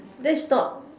that's not